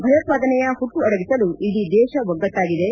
ಭಯೋತ್ವಾದನೆಯ ಹುಟ್ಟು ಅಡಗಿಸಲು ಇಡೀ ದೇಶ ಒಗ್ಗಟ್ಟಾಗಿದೆ